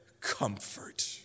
comfort